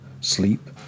Sleep